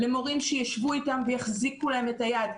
למורים שישבו איתם ויחזיקו להם את היד.